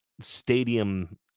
stadium